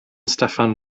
steffan